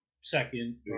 Second